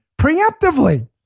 preemptively